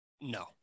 no